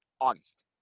August